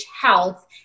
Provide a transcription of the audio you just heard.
health